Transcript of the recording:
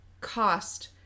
cost